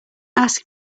ask